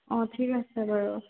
অঁ ঠিক আছে বাৰু